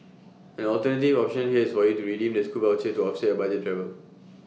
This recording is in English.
an alternative option here is for you to redeem the scoot voucher to offset your budget travel